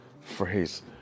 phrase